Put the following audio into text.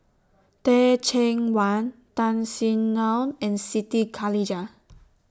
Teh Cheang Wan Tan Sin Aun and Siti Khalijah